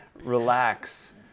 relax